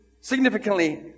significantly